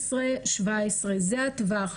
16, 17, זה הטווח,